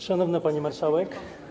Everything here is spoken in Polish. Szanowna Pani Marszałek!